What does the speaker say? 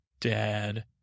dad